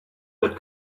that